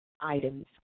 items